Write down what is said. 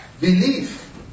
belief